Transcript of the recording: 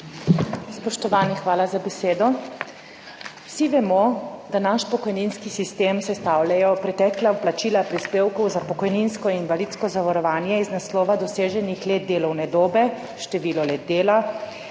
Spoštovani! Hvala za besedo. Vsi vemo, da naš pokojninski sistem sestavljajo pretekla vplačila prispevkov za pokojninsko in invalidsko zavarovanje iz naslova doseženih let delovne dobe, število let dela,